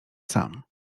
sam